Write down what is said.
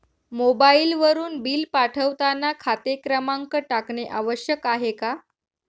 मोबाईलवरून बिल पाठवताना खाते क्रमांक टाकणे आवश्यक आहे का?